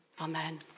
Amen